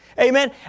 Amen